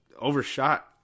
overshot